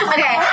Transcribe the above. Okay